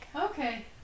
Okay